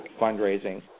fundraising